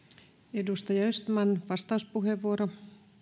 edustaja östman vastauspuheenvuoro